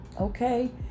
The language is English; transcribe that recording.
Okay